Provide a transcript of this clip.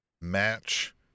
match